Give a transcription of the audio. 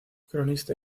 cronista